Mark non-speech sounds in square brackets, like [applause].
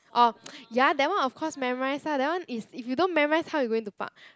orh [noise] ya that one of course memorize lah that one is if you don't memorize how are you going to park